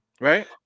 right